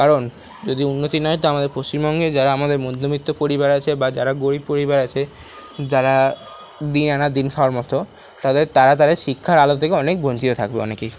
কারণ যদি উন্নতি না হয় আমাদের পশ্চিমবঙ্গে যারা আমাদের মধ্যবিত্ত পরিবার আছে বা যারা গরীব পরিবার আছে যারা দিন আনা দিন খাওয়ার মত তাদের তারা তাহলে শিক্ষার আলো থেকে অনেক বঞ্চিত থাকবে অনেকেই